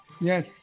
Yes